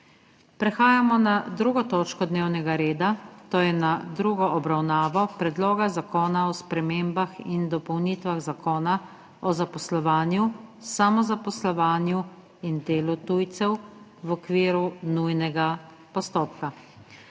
s****prekinjeno 2. točko dnevnega reda, to je z drugo obravnavo Predloga zakona o spremembah in dopolnitvah Zakona o zaposlovanju, samozaposlovanju in delu tujcev v okviru nujnega postopka**.